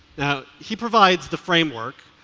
he provides the framework,